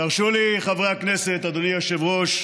תרשו לי, חברי הכנסת, אדוני היושב-ראש,